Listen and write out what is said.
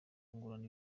kungurana